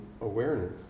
awareness